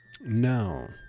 No